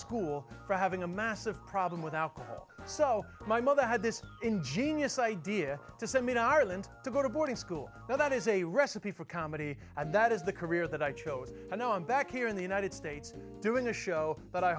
school for having a massive problem with alcohol so my mother had this ingenious idea to send me to ireland to go to boarding school but that is a recipe for comedy and that is the career that i chose and now i'm back here in the united states and doing a show but i